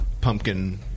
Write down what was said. pumpkin